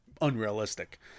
unrealistic